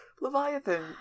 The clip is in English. Leviathan